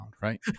right